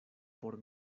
por